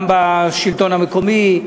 גם בשלטון המקומי,